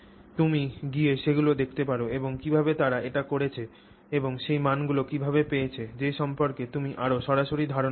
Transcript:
তুমি গিয়ে সেগুলি দেখতে পার এবং কীভাবে তারা এটি করেছে এবং সেই মানগুলি কিভাবে পেয়েছে সে সম্পর্কে তুমি আরও সরাসরি ধারণা পেতে পার